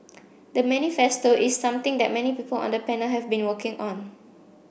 the manifesto is something that many people on the panel have been working on